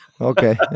okay